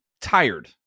tired